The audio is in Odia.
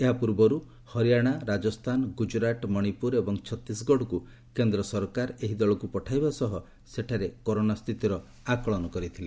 ଏହା ପୂର୍ବରୁ ହରିୟାଣା ରାଜସ୍ଥାନ ଗୁଜୁରାଟ୍ ମଣିପୁର ଏବଂ ଛତିଶଗଡ଼କୁ କେନ୍ଦ୍ର ସରକାର ଏହି ଦଳକୁ ପଠାଇବା ସହ ସେଠାରେ କରୋନା ସ୍ଥିତିର ଆକଳନ କରିଛନ୍ତି